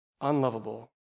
unlovable